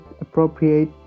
appropriate